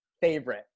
favorite